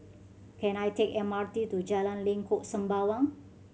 can I take M R T to Jalan Lengkok Sembawang